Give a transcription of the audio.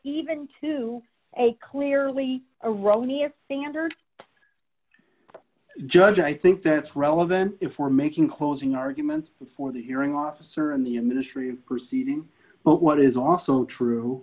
even to a clearly erroneous standard judge i think that's relevant for making closing arguments before the hearing officer in the ministry of proceeding but what is also true